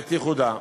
ואת ייחודה.